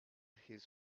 his